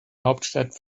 hauptstadt